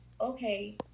okay